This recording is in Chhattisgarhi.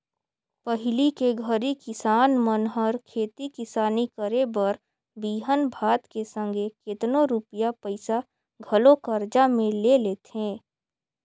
पहिली के घरी किसान मन हर खेती किसानी करे बर बीहन भात के संघे केतनो रूपिया पइसा घलो करजा में ले लेथें